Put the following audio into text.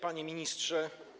Panie Ministrze!